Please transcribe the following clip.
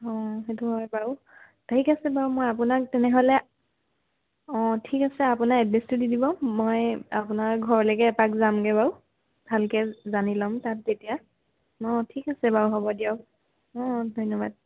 অঁ সেইটো হয় বাৰু ঠিক আছে বাৰু মই আপোনাক তেনেহ'লে অঁ ঠিক আছে আপোনাৰ এড্ৰেছটো দি দিব মই আপোনাৰ ঘৰলৈকে এপাক যামগে বাৰু ভালকৈ জানি লম তাত তেতিয়া অঁ ঠিক আছে বাৰু হ'ব দিয়ক অঁ অঁ ধন্যবাদ